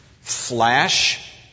Flash